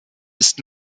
ist